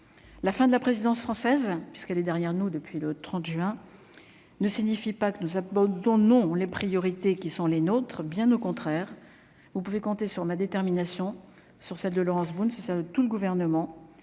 la fin de la présidence française, puisqu'elle est derrière nous depuis le 30 juin ne signifie pas que nous abandonnons non on les priorités qui sont les nôtres, bien au contraire, vous pouvez compter sur ma détermination sur celle de Laurence Boone si ça tout le gouvernement